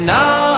now